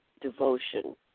devotion